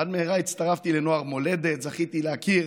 עד מהרה הצטרפתי לנוער מולדת, זכיתי להכיר